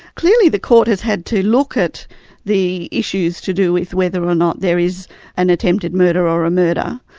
clearly the court has had to look at the issues to do with whether or not there is an attempted murder or a murder.